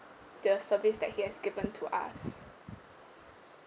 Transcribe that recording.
the service that he has given to us